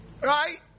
Right